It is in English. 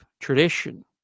tradition